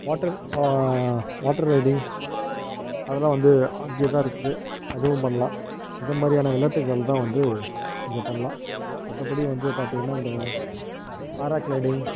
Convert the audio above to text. water water riding அதெல்லாம் வந்து அங்கேயேதான் இருக்குது அதுவும் பண்ணலாம் இந்தமாதிரியான விளையாட்டுகள்தான் வந்து அங்கே பண்ணலாம் மற்றபடி வந்து பார்த்திங்னா அந்த பாராக்ளைடிங்